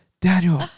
daniel